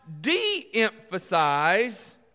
de-emphasize